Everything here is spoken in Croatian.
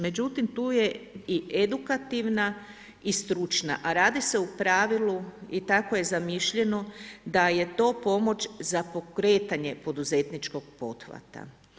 Međutim, tu je i edukativna i stručna, a radi se u pravilu i tako je zamišljeno, da je to pomoć za pokretanje poduzetničkog poduhvata.